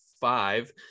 five